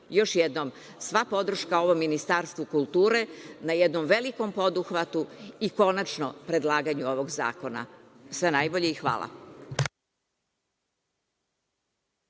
jednom, sva podrška ovom Ministarstvu kulture na jednom velikom poduhvatu i konačno predlaganju ovog zakona. Sve najbolje i hvala.